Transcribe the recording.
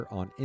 on